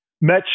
met